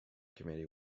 committee